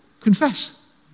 confess